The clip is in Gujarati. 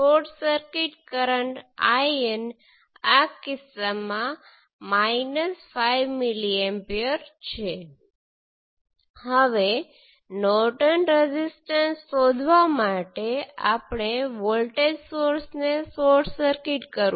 તેથી તે 2 × 2 3 કિલો Ωs × I1 છે જે મૂળભૂત રીતે છે 1 3 કિલો Ω × I1 અને પોર્ટ 2 ઓપન સર્કિટ સાથે